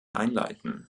einleiten